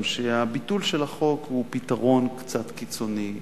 שהביטול של החוק הוא פתרון קצת קיצוני,